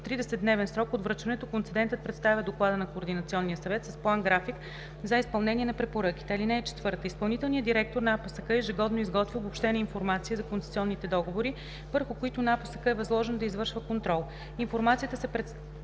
30-дневен срок от връчването концедентът представя доклада на Координационния съвет с план-график за изпълнение на препоръките. (4) Изпълнителният директор на АПСК ежегодно изготвя обобщена информация за концесионните договори, върху които на АПСК е възложено да извършва контрол. Информацията се представя